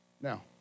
Now